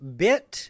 bit